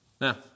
Now